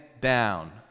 down